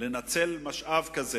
ניצול של משאב כזה,